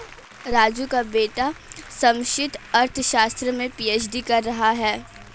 राजू का बेटा समष्टि अर्थशास्त्र में पी.एच.डी कर रहा है